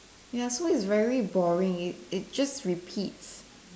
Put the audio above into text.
ya so it's very boring it it just repeats